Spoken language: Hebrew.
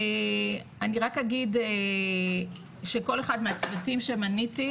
אני רק אגיד שכל אחד מהצדדים שמניתי,